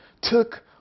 took